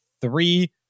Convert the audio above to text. three